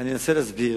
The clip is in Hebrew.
אני אנסה להסביר.